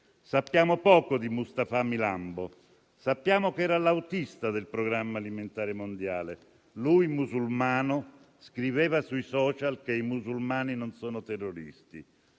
Sappiamo poco di Mustapha Milambo. Sappiamo che era l'autista del Programma alimentare mondiale; lui, musulmano, scriveva sui *social* che i musulmani non sono terroristi.